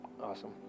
Awesome